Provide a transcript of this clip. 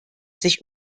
sich